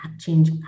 change